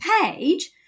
page